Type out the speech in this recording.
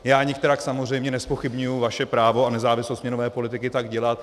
Já nikterak samozřejmě nezpochybňuji vaše právo a nezávislost měnové politiky tak dělat.